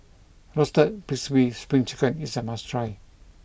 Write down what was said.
roasted crispy spring chicken is a must try